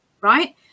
right